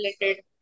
related